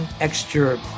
extra